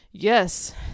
Yes